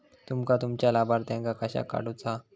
तुमका तुमच्या लाभार्थ्यांका कशाक काढुचा हा?